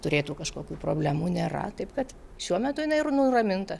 turėtų kažkokių problemų nėra taip kad šiuo metu jinai ir nuraminta